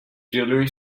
jewelery